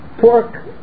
pork